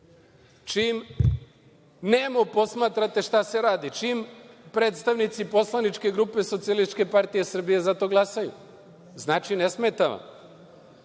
i nemo posmatrate šta se radi, čim predstavnici Poslaničke grupe Socijalističke partije Srbije za to glasaju. Znači, ne smeta